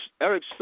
Eric